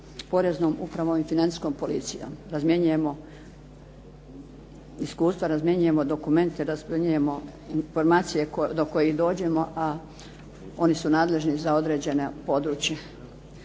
poreznom upravom i financijskom policijom. Razmjenjujemo iskustva, razmjenjujemo dokumente, razmjenjujemo informacije do kojih dođemo, a oni su nadležni za određeno područje.